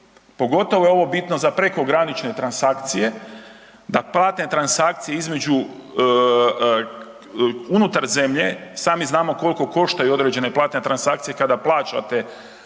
Pogotovo je ovo bitno za prekogranične transakcije, da platne transakcije između unutar zemlje, sami znamo koliko koštaju određene platne transakcije kada plaćate